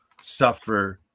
suffer